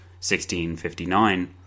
1659